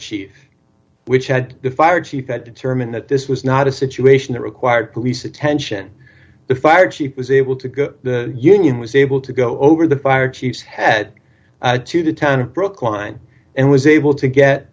chief which had the fire chief that determined that this was not a situation that required police attention the fire chief was able to go the union was able to go over the fire chiefs head to the town of brookline and was able to get